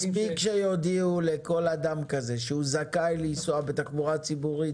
מספיק שיודיעו לכל אדם כזה שהוא זכאי לנסוע בנתיב הציבורי,